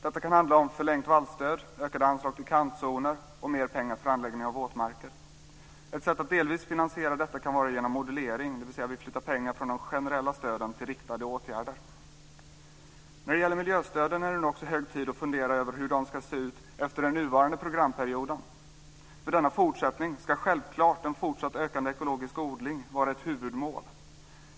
Det kan handla om förlängt vallstöd, ökade anslag till kantzoner och mer pengar för anläggning av våtmarker. Ett sätt att delvis finansiera detta kan vara genom modulering, dvs. att vi flyttar pengar från de generella stöden till riktade åtgärder. När det gäller miljöstöden är det nu också hög tid att fundera över hur de ska se ut efter nuvarande programperiod. För denna fortsättning ska självklart en fortsatt ökande ekologisk odling vara ett huvudmål.